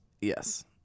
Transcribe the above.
Yes